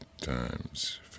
times